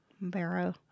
Barrow